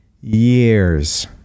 Years